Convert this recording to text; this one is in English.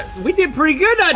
we did pretty good that